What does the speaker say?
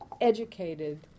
educated